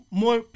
more